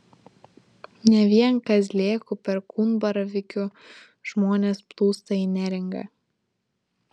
ne vien kazlėkų perkūnbaravykių žmonės plūsta į neringą